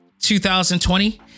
2020